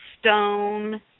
stone